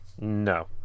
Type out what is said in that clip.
No